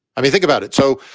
i mean, think about it. so,